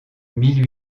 mille